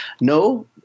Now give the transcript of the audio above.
No